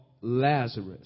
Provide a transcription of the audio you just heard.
Lazarus